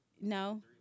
no